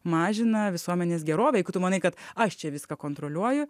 mažina visuomenės gerovę jeigu tu manai kad aš čia viską kontroliuoju